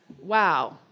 wow